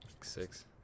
Six